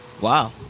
wow